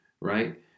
right